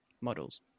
models